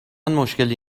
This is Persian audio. مشکلی